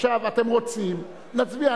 אתם רוצים, נצביע.